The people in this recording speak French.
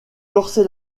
corser